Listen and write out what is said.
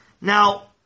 Now